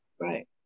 Right